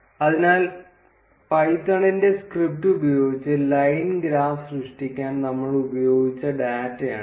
അതിനാൽ പൈത്തണിന്റെ സ്ക്രിപ്റ്റ് ഉപയോഗിച്ച് ലൈൻ ഗ്രാഫ് സൃഷ്ടിക്കാൻ നമ്മൾ ഉപയോഗിച്ച ഡാറ്റയാണിത്